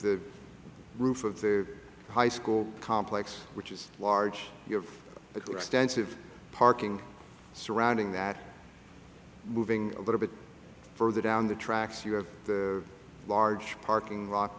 the roof of the high school complex which is large you have the stance of parking surrounding that moving a little bit further down the tracks you have a large parking lot